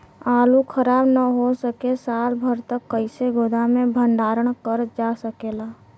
आलू खराब न हो सके साल भर तक कइसे गोदाम मे भण्डारण कर जा सकेला?